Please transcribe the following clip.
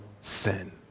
sin